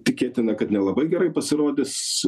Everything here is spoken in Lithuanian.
tikėtina kad nelabai gerai pasirodys